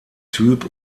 typ